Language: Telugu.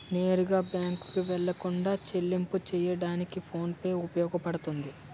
నేరుగా బ్యాంకుకు వెళ్లకుండా చెల్లింపు చెయ్యడానికి ఫోన్ పే ఉపయోగపడుతుంది